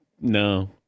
No